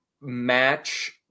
match